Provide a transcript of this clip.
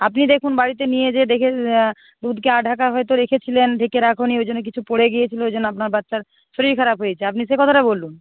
আপনি দেখুন বাড়িতে নিয়ে যেয়ে দেখে দুধকে আঢাকা হয়তো রেখেছিলেন ঢেকে রাখো নি ওই জন্য কিছু পড়ে গিয়েছিলো ওই জন্য আপনার বাচ্চার শরীর খারাপ হয়েছে আপনি সে কথাটা বলুন